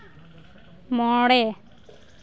ᱢᱚᱬᱮ